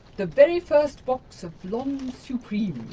the very first box of blond supreme!